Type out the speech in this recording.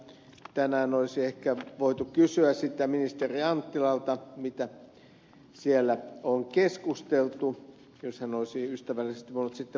tänään olisi ehkä voitu kysyä sitä ministeri anttilalta mitä siellä on keskusteltu jos hän olisi ystävällisesti voinut sitten vastata